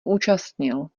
účastnil